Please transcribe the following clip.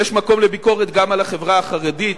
ויש מקום לביקורת גם על החברה החרדית,